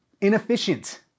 inefficient